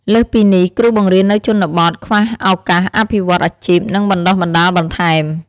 លើសពីនេះ គ្រូបង្រៀននៅជនបទ ខ្វះឱកាសអភិវឌ្ឍអាជីព និងបណ្តុះបណ្តាលបន្ថែម។